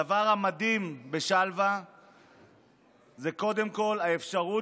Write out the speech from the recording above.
הדבר המדהים בשלוה זה קודם כול האפשרות